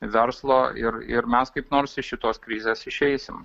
verslo ir ir mes kaip nors iš šitos krizės išeisim